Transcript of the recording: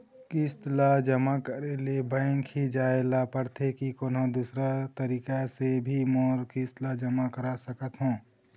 किस्त ला जमा करे ले बैंक ही जाए ला पड़ते कि कोन्हो दूसरा तरीका से भी मोर किस्त ला जमा करा सकत हो?